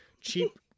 cheap